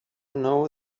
know